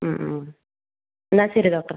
എന്നാൽ ശരി ഡോക്ടറേ